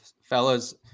fellas